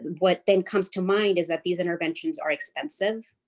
what then comes to mind is that these interventions are expensive.